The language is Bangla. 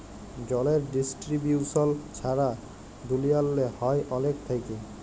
জলের ডিস্টিরিবিউশল ছারা দুলিয়াল্লে হ্যয় অলেক থ্যাইকে